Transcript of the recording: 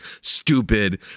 Stupid